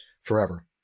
forever